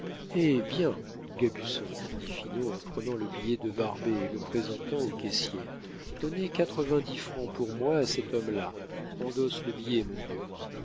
hé bien gabusson dit finot en prenant le billet de barbet et le présentant au caissier donnez quatre-vingt-dix francs pour moi à cet homme-là endosse le billet mon vieux